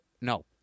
No